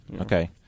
Okay